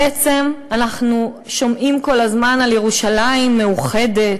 בעצם אנחנו שומעים כל הזמן על ירושלים מאוחדת,